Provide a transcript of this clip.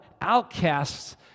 outcasts